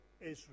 Israel